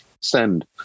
send